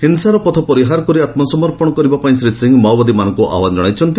ହିଂସାର ପଥ ପରିହାର କରି ଆମ୍ସମର୍ପଣ କରିବା ପାଇଁ ଶ୍ରୀ ସିଂ ମାଓବାଦୀ ମାନଙ୍କୁ ଆହ୍ୱାନ ଜଣାଇଛନ୍ତି